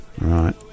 right